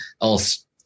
Else